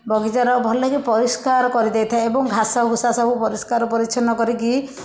ବଗିଚାର ଭଲ କି ପରିସ୍କାର କରିଦେଇଥାଏ ଏବଂ ଘାସ ଘୁସା ସବୁ ପରିସ୍କାର ପରିଛନ୍ନ କରି କି